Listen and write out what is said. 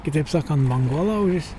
kitaip sakant bangolaužis